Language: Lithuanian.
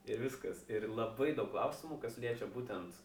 ir viskas ir labai daug klausimų kas liečia būtent